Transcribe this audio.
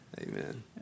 Amen